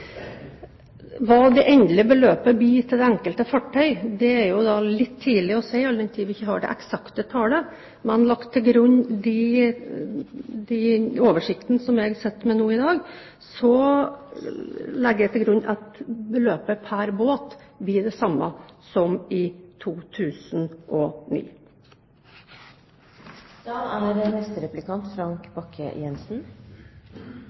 Hva det endelige beløpet til det enkelte fartøy blir, er det litt tidlig å si, all den tid vi ikke har det eksakte tallet. Men på bakgrunn av den oversikten som jeg sitter med nå i dag, legger jeg til grunn at beløpet pr. båt blir det samme som i